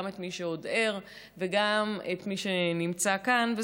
גם את מי שעוד ער וגם את מי שנמצא כאן.